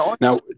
Now